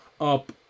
up